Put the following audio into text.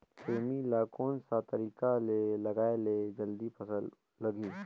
सेमी ला कोन सा तरीका से लगाय ले जल्दी फल लगही?